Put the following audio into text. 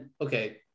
okay